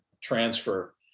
transfer